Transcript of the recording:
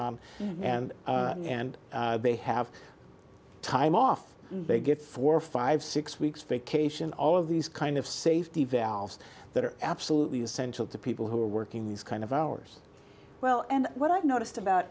on and they have time off to get four five six weeks vacation all of these kind of safety valves that are absolutely essential to people who are working these kind of hours well and what i've noticed about